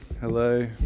hello